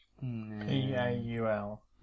P-A-U-L